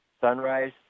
sunrise